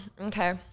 Okay